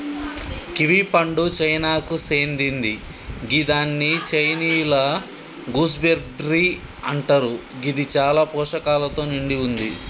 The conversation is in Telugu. కివి పండు చైనాకు సేందింది గిదాన్ని చైనీయుల గూస్బెర్రీ అంటరు గిది చాలా పోషకాలతో నిండి వుంది